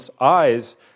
eyes